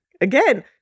again